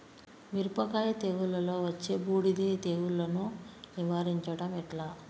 మిరపకాయ తెగుళ్లలో వచ్చే బూడిది తెగుళ్లను నివారించడం ఎట్లా?